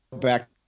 back